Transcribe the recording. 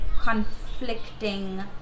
conflicting